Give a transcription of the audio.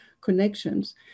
connections